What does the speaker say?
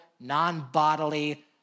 non-bodily